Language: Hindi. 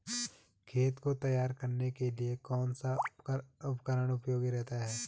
खेत को तैयार करने के लिए कौन सा उपकरण उपयोगी रहता है?